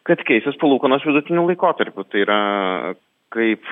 kad keisis palūkanos vidutiniu laikotarpiu tai yra kaip